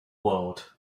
world